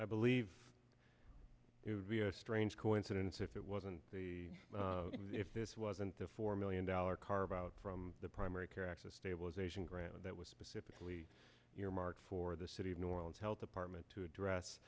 i believe it would be a strange coincidence if it wasn't the if this wasn't a four million dollar car about the primary care access stabilization grant that was specifically earmarked for the city of new orleans health department to address